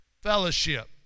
fellowship